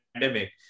pandemic